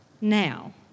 now